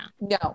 No